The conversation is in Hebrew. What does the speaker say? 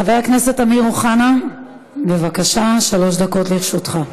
חבר הכנסת אמיר אוחנה, בבקשה, שלוש דקות לרשותך.